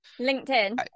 linkedin